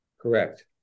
Correct